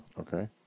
okay